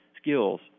skills